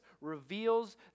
reveals